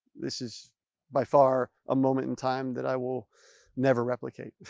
this is by far a moment in time that i will never replicate,